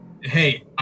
hey